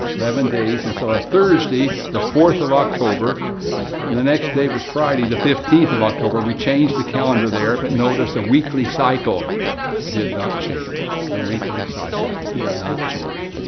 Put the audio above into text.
eleven days. and so, a thursday, the fourth of october and the next day was friday, the fifteenth of october, we changed the calendar there, but notice, that weekly cycle did not change, the weekly cycle did not change.